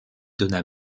donna